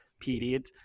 period